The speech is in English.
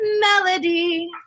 melody